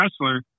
wrestler